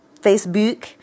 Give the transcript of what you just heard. Facebook